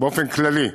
באופן כללי.